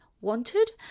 wanted